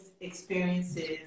experiences